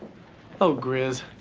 oh, grizz.